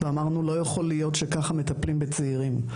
אמרנו שזה לא יכול להיות שככה מטפלים בצעירים.